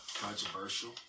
controversial